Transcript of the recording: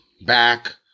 back